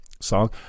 song